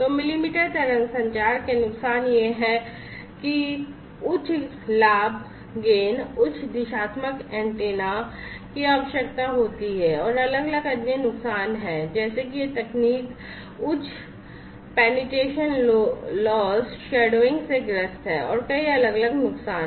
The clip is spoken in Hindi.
मिलीमीटर तरंग संचार के नुकसान यह है कि उच्च लाभ और उच्च दिशात्मक antennas की आवश्यकता होती है और अलग अलग अन्य नुकसान हैं जैसे कि यह तकनीक penetration loss और shadowing से ग्रस्त है और कई अलग अलग नुकसान हैं